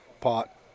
pot